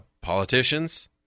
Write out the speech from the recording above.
politicians